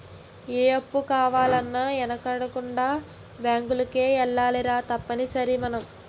ఏ అప్పు కావాలన్నా యెనకాడకుండా బేంకుకే ఎల్లాలిరా తప్పనిసరిగ మనం